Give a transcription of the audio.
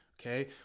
okay